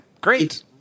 great